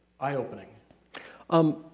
eye-opening